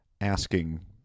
asking